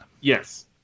Yes